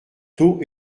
taux